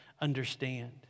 understand